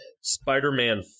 Spider-Man